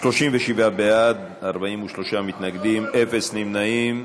37 בעד, 43 מתנגדים, אפס נמנעים.